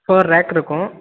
four rack இருக்கும்